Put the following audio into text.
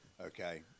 Okay